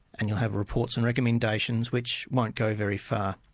and you'll have reports and recommendations which won't go very far.